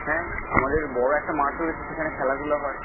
হ্যাঁ আমাদের বড় একটা মাঠ রয়েছে সেখানে খেলাধুলা হয়